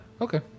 Okay